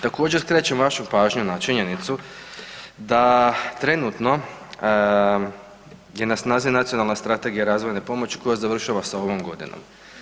Također skrećem vašu pažnju na činjenicu da trenutno je na snazi Nacionalna strategija razvojne pomoći koja završava sa ovom godinom.